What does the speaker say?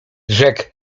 rzekł